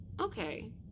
Okay